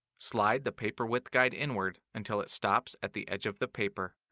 slide the paper width guide inward until it stops at the edge of the paper.